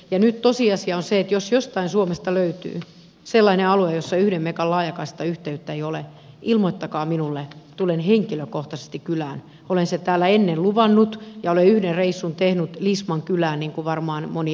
ja nyt tosiasia on se jos jostain suomesta löytyy sellainen alue jossa yhden megan laajakaistayhteyttä ei ole ilmoittakaa minulle tulen henkilökohtaisesti kylään olisi täällä ennen luvannut ja yhden reissun tehnyt lisman kylään niinku varmaan moni